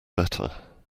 better